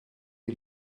die